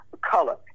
color